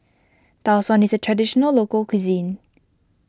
Tau Suan is a Traditional Local Cuisine